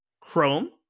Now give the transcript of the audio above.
Chrome